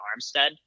Armstead